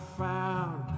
found